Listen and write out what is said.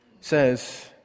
says